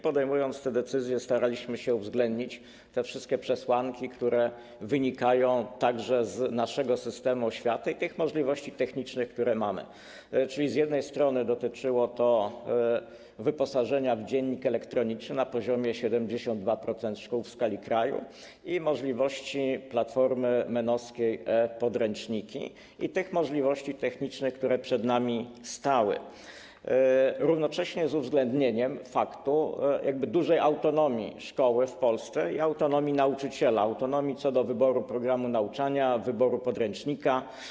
Podejmując tę decyzję, staraliśmy się także uwzględnić te wszystkie przesłanki, które wynikają z naszego systemu oświaty i możliwości technicznych, które mamy, czyli z jednej strony dotyczyło to wyposażenia w dziennik elektroniczny na poziomie 72% szkół w skali kraju i możliwości platformy MEN-owskiej e-podręczniki, a także tych możliwości technicznych, które mieliśmy, a z drugiej strony odbywało się to z uwzględnieniem faktu dużej autonomii szkoły w Polsce i autonomii nauczyciela, autonomii co do wyboru programu nauczania, wyboru podręcznika.